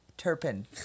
Turpin